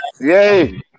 Yay